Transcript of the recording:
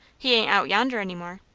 he ain't out yonder any more.